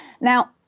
Now